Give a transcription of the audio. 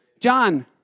John